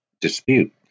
dispute